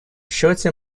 счете